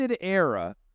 era